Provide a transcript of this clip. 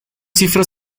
cifras